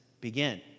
begin